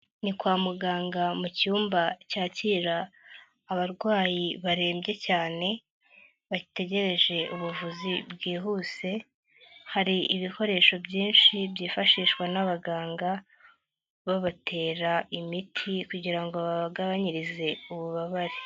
Ni kwa muganga mu cyumba cyakira abarwayi barembye cyane bategereje ubuvuzi bwihuse, hari ibikoresho byinshi byifashishwa n'abaganga babatera imiti kugira ngo babagabanyirize ububabare.